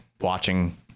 watching